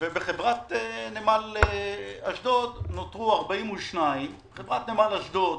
ובחברת נמל אשדוד נותרו 42. חברת נמל אשדוד